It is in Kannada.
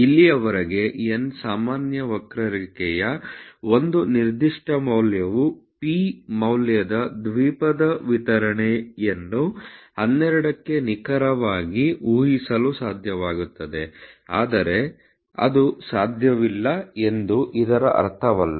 ಇಲ್ಲಿಯವರೆಗೆ n ಸಾಮಾನ್ಯ ವಕ್ರರೇಖೆಯ ಒಂದು ನಿರ್ದಿಷ್ಟ ಮೌಲ್ಯವು P ಮೌಲ್ಯದ ದ್ವಿಪದ ವಿತರಣೆಯನ್ನು 12 ಕ್ಕೆ ನಿಖರವಾಗಿ to ಹಿಸಲು ಸಾಧ್ಯವಾಗುತ್ತದೆ ಆದರೆ ಅದು ಸಾಧ್ಯವಿಲ್ಲ ಎಂದು ಇದರ ಅರ್ಥವಲ್ಲ